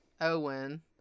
Owen